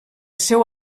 seu